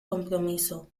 compromiso